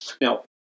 Now